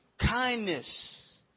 Kindness